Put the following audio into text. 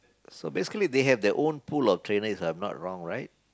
so basically they have their own pool of trainers if I'm not wrong right